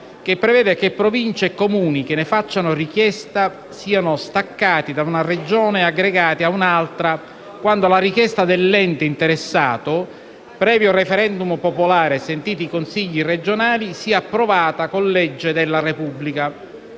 che prevede che Province e Comuni che ne facciano richiesta siano staccati da una Regione e aggregati a un'altra quando la richiesta dell'ente interessato, previo *referendum* popolare e sentiti i consigli regionali, sia approvata con legge della Repubblica.